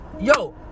yo